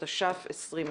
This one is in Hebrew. התש"ף-2020.